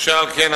אשר על כן,